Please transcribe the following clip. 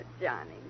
Johnny